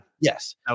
Yes